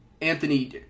Anthony